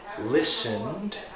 listened